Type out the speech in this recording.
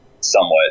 somewhat